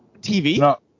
TV